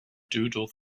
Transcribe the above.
doodle